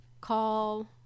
call